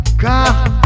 Car